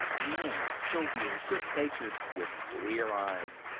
men, jovial, good-natured, with clear eyes,